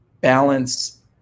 balance